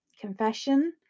Confession